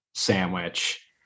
sandwich